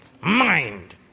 Mind